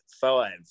five